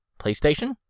PlayStation